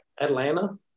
Atlanta